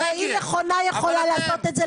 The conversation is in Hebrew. הרי אם מכונה יכולה לעשות את זה,